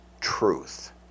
truth